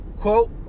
quote